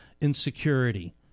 insecurity